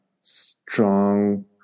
strong